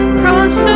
cross